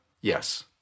yes